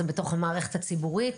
זה בתוך המערכת הציבורית.